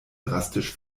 drastisch